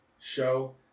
show